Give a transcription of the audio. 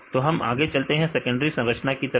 तो हम आगे चलते हैं सेकेंडरी संरचना की तरफ